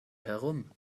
herum